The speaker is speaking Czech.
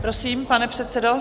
Prosím, pane předsedo.